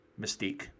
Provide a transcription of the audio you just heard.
Mystique